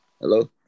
Hello